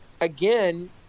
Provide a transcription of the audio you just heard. again